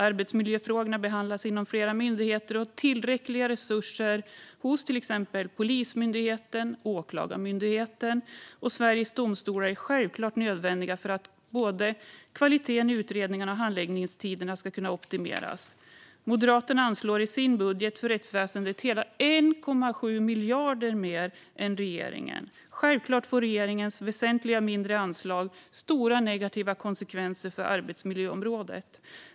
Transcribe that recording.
Arbetsmiljöfrågorna behandlas inom flera myndigheter, och tillräckliga resurser hos till exempel Polismyndigheten, Åklagarmyndigheten och Sveriges domstolar är självklart nödvändigt för att både utredningarnas kvalitet och handläggningstiderna ska kunna optimeras. Moderaterna anslår i sin budget för rättsväsendet hela 1,7 miljarder mer än regeringen. Självklart får regeringens väsentligt mindre anslag stora negativa konsekvenser för arbetsmiljöområdet.